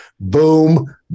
Boom